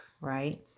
right